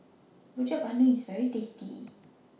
Rojak Bandung IS very tasty